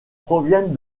proviennent